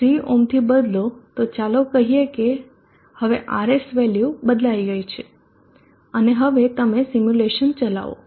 3 ઓહ્મથી બદલો તો ચાલો કહીએ કે હવે RS વેલ્યુ બદલાઈ ગઈ છે અને હવે તમે સિમ્યુલેશન ચલાવો